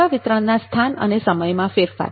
સેવા વિતરણના સ્થાન અને સમયમાં ફેરફાર